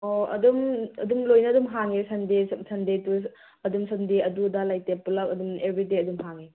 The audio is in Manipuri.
ꯑꯣ ꯑꯗꯨꯝ ꯑꯗꯨꯝ ꯂꯣꯏꯅ ꯑꯗꯨꯝ ꯍꯥꯡꯉꯦ ꯁꯟꯗꯦꯁꯨ ꯁꯟꯗꯦꯗꯨꯁꯨ ꯑꯗꯨꯝ ꯁꯟꯗꯦ ꯑꯗꯨ ꯑꯗꯥ ꯂꯩꯇꯦ ꯄꯨꯂꯞ ꯑꯗꯨꯝ ꯑꯦꯕ꯭ꯔꯤꯗꯦ ꯑꯗꯨꯝ ꯍꯥꯡꯏ